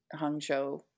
Hangzhou